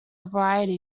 variety